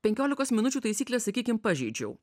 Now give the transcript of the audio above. penkiolikos minučių taisyklė sakykim pažeidžiau